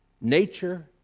nature